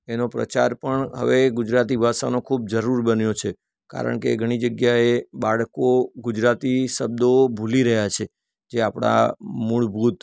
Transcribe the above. એનો પ્રચાર પણ હવે ગુજરાતી ભાષાનો ખૂબ જરૂર બન્યો છે કારણ કે ઘણી જગ્યાએ બાળકો ગુજરાતી શબ્દો ભૂલી રહ્યાં છે જે આપણા મૂળભૂત